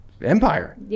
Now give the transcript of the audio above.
Empire